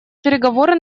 переговоры